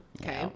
Okay